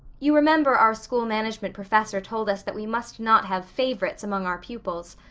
you remember our school management professor told us that we must not have favorites among our pupils,